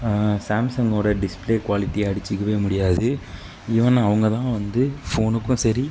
சாம்சங்கோட display குவாலிட்டியை அடிச்சுக்கவே முடியாது ஈவன் அவங்க தான் வந்து ஃபோனுக்கும் சரி